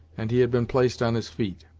and he had been placed on his feet.